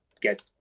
get